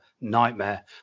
Nightmare